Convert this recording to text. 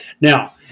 Now